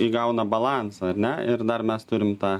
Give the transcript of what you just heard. įgauna balansą ar ne ir dar mes turime tą